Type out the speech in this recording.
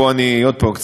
פה אני אומר: